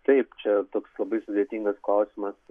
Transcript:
taip čia toks labai sudėtingas klausimas